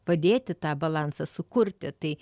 padėti tą balansą sukurti tai